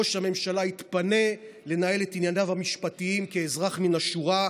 ראש הממשלה יתפנה לנהל את ענייניו המשפטיים כאזרח מן השורה,